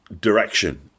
direction